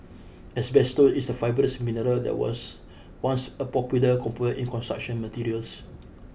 asbestos is a fibrous mineral that was once a popular component in construction materials